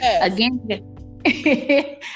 again